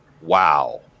wow